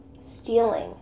stealing